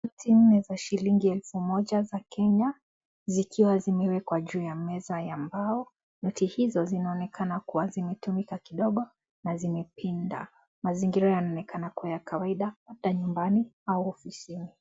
Noti nne zaa shilingi helfu moja za kenya zikiwa zimeekwa juu ya meza ya mbao, Noti hizo zinaonekana kuwa zimrtumika kidogo za zimepinda. Mazingina inaonekana kuwa ya kawaida, nyumbani au ofisini.